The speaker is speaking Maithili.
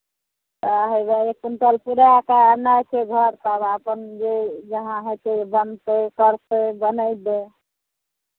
तऽ हउएह एक कुन्टल पूराय कऽ अननाइ छै घरपर तब अपन जे जहाँ हेतै बनतै करतै बनयबै